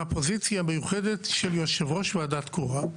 הפוזיציה המיוחדת של יושב ראש ועדה קרואה.